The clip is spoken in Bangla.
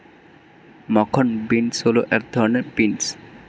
মাখন বিন্স হল এক ধরনের বিন্স